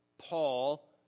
Paul